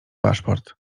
paszport